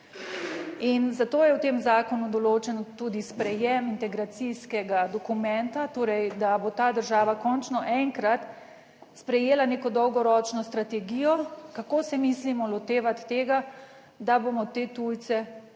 In zato je v tem zakonu določen tudi sprejem integracijskega dokumenta. Torej, da bo ta država končno enkrat sprejela neko dolgoročno strategijo, kako se mislimo lotevati tega, da bomo te tujce v